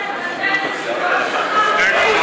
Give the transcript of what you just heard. ההסתייגות (3)